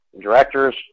Directors